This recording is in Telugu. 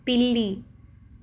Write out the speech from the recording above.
పిల్లి